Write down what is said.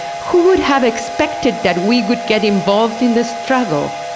who would have expected that we would get involved in this struggle?